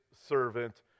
servant